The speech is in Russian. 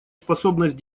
способность